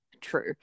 True